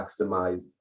maximize